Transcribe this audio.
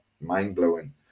mind-blowing